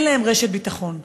אין להם רשת ביטחון.